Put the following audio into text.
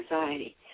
anxiety